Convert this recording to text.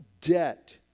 debt